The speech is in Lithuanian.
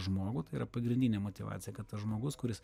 žmogų tai yra pagrindinė motyvacija kad tas žmogus kuris